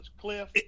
cliff